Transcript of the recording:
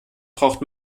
braucht